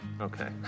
Okay